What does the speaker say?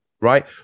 right